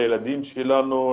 לילדים שלנו,